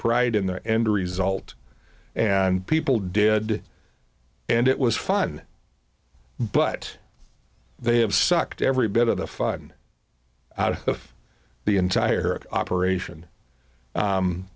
pride in the end result and people did and it was fun but they have sucked every bit of the fun out of the entire operation